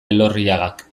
elorriagak